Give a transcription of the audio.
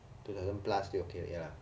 two thousand plus still okay lah ya lah